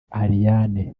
ariane